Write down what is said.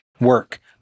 work